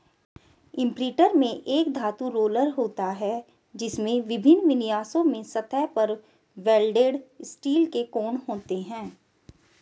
imprinter में एक धातु रोलर होता है, जिसमें विभिन्न विन्यासों में सतह पर वेल्डेड स्टील के कोण होते हैं